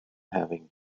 having